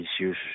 issues